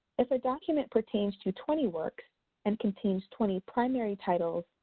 if a document pertains to twenty works and contains twenty primary titles,